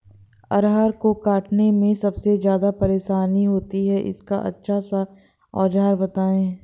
अरहर को काटने में सबसे ज्यादा परेशानी होती है इसका अच्छा सा औजार बताएं?